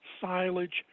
silage